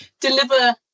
deliver